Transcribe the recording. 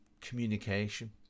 communication